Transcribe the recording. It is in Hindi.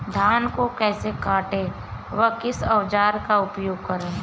धान को कैसे काटे व किस औजार का उपयोग करें?